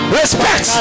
respect